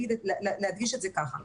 להדגיש את זה ככה.